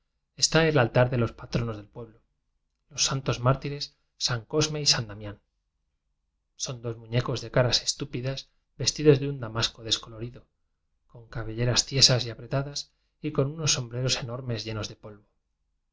está el altar de los patronos del pueblo los santos márti res san cosme y san damián son dos muñecos de caras estúpidas vestidos de un damasco descolorido con cabelleras tiesas y apretadas y con unos sombreros enor mes llenos de polvo